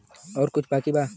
और कुछ बाकी बा?